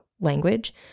language